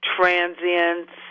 transients